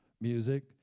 music